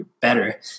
better